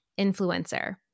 influencer